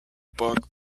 book